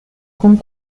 con